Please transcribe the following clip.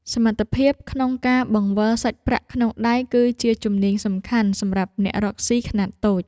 សមត្ថភាពក្នុងការបង្វិលសាច់ប្រាក់ក្នុងដៃ គឺជាជំនាញសំខាន់សម្រាប់អ្នករកស៊ីខ្នាតតូច។